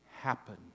happen